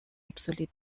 obsolet